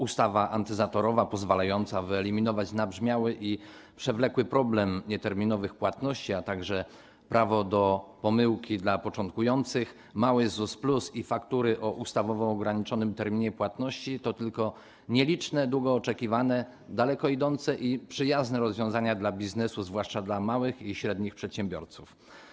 Ustawa antyzatorowa pozwalająca wyeliminować nabrzmiały i przewlekły problem nieterminowych płatności, prawo do pomyłki dla początkujących, mały ZUS plus i faktury o ustawowo ograniczonym terminie płatności - to tylko nieliczne, długo oczekiwane, daleko idące i przyjazne rozwiązania dla biznesu, zwłaszcza dla małych i średnich przedsiębiorców.